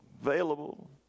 available